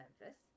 Memphis